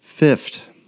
Fifth